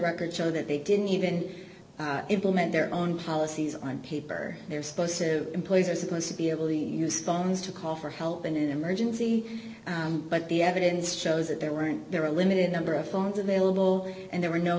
records show that they didn't even implement their own policies on paper they're supposed to employees are supposed to be able to use phones to call for help in an emergency but the evidence shows that there weren't there a limited number of phones available and there were no